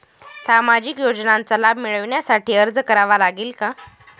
सामाजिक योजनांचा लाभ मिळविण्यासाठी अर्ज करावा लागेल का?